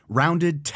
rounded